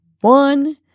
one